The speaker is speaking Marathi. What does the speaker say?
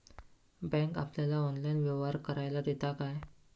बँक आपल्याला ऑनलाइन व्यवहार करायला देता काय?